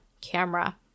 camera